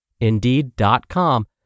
Indeed.com